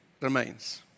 remains